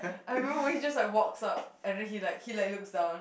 I remember when he just like walks up and then he like he like looks down